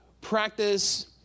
practice